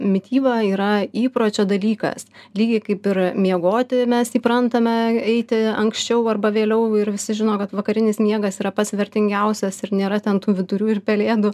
mityba yra įpročio dalykas lygiai kaip ir miegoti mes įprantame eiti anksčiau arba vėliau ir visi žino kad vakarinis miegas yra pats vertingiausias ir nėra ten tų vyturių ir pelėdų